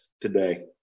today